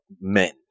men